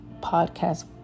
podcast